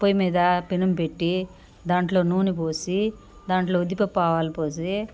పొయిమీద పెనం పెట్టి దాంట్లో నూనె పోసి దాంట్లో ఉద్దిపప్పావాలుపోసి